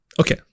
Okay